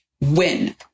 win